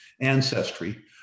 ancestry